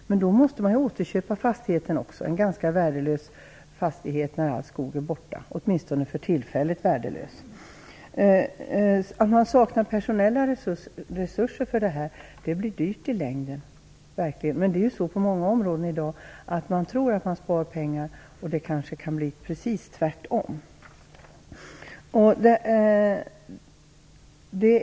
Men då måste man också återköpa fastigheten, som är ganska värdelös när all skog är borta - åtminstone är den tillfälligt värdelös. Att man saknar personella resurser gör att det blir dyrt i längden. Men det är ju så på många områden i dag, att man tror att man spar pengar medan det kan bli precis tvärtom.